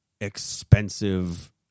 expensive